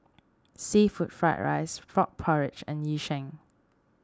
Seafood Fried Rice Frog Porridge and Yu Sheng